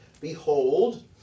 Behold